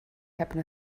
happen